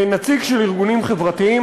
נציג של ארגונים חברתיים.